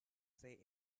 say